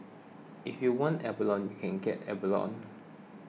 if you want abalone you can get abalone